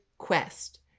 quest